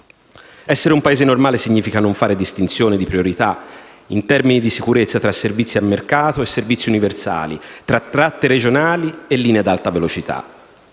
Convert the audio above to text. Essere un Paese normale significa non fare distinzione di priorità in termini di sicurezza tra servizi a mercato e servizi universali, tra tratte regionali e linee ad alta velocità.